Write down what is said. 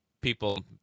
people